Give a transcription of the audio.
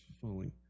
falling